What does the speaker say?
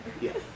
Yes